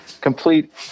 complete